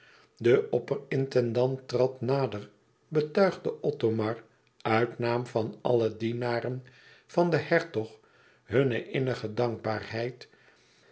neêr de opperintendant trad nader betuigde othomar uit naam van alle dienaren van den hertog huune innige dankbaarheid